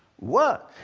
work,